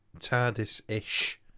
TARDIS-ish